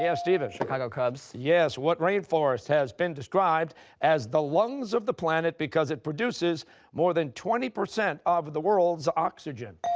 yeah stephen? chicago cubs. costa yes. what rainforest has been described as the lungs of the planet, because it produces more than twenty percent of of the world's oxygen?